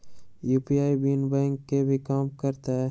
UPI बिना bank के भी कम करतै?